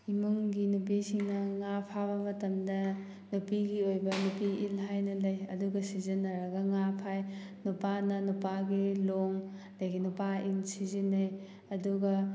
ꯏꯃꯨꯡꯒꯤ ꯅꯨꯄꯤꯁꯤꯡꯅ ꯉꯥ ꯐꯥꯕ ꯃꯇꯝꯗ ꯅꯨꯄꯤꯒꯤ ꯑꯣꯏꯕ ꯅꯨꯄꯤ ꯏꯜ ꯍꯥꯏꯅ ꯂꯩ ꯑꯗꯨꯒ ꯁꯤꯖꯤꯟꯅꯔꯒ ꯉꯥ ꯐꯥꯏ ꯅꯨꯄꯥꯅ ꯅꯨꯄꯥꯒꯤ ꯂꯣꯡ ꯑꯗꯒꯤ ꯅꯨꯄꯥ ꯏꯟ ꯁꯤꯖꯤꯟꯅꯩ ꯑꯗꯨꯒ